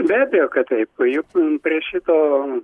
be abejo kad taip juk prie šito